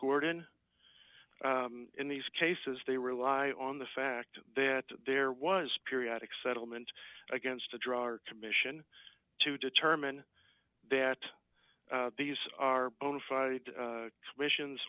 gordon in these cases they rely on the fact that there was periodic settlement against the drug commission to determine that these are bonafide commissions